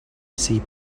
see